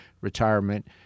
retirement